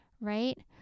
right